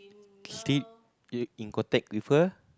still you're in contact with her